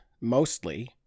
mostly